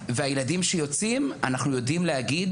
והילדים שיוצאים אנחנו יודעים להגיד